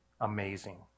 amazing